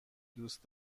دوست